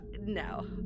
no